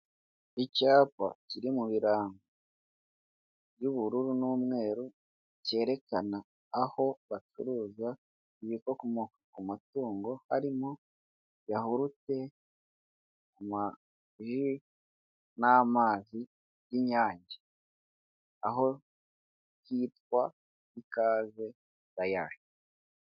Icyapa kiri mu birango by'ubururu n'umweru cyerekana aho bacuruza ibikomoka ku matungo harimo yahurute, amaji n' amazi y'Inyange aho hitwa ikaze dayari.